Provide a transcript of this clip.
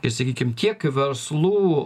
ir sakykim tiek verslų